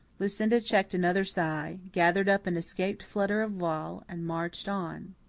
lucinda checked another sigh, gathered up an escaped flutter of voile, and marched on.